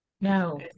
No